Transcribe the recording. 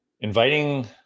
Inviting